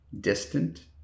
distant